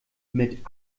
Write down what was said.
mit